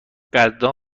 قدردان